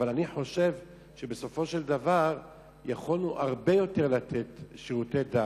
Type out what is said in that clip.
אבל אני חושב שבסופו של דבר יכולנו לתת הרבה יותר שירותי דת,